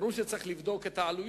ברור שצריך לבדוק את העלויות,